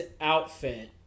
outfit